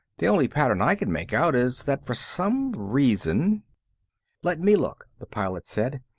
the only pattern i can make out is that for some reason let me look, the pilot said.